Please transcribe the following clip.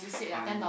funny lah